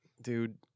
Dude